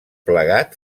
plegat